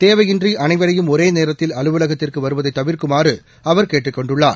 தேவையின்றிஅனைவரையும் ஒரேநேரத்தில் அலுவலகத்திற்குவருவதைதவிா்க்குமாறுஅவர் கேட்டுக் கொண்டுள்ளார்